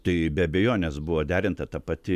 tai be abejonės buvo derinta ta pati